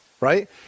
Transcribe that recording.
right